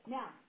Now